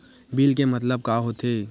Bill के मतलब का होथे?